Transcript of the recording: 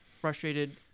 frustrated